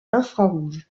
infrarouge